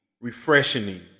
refreshing